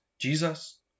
Jesus